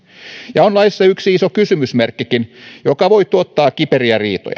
ja on laissa yksi iso kysymysmerkkikin joka voi tuottaa kiperiä riitoja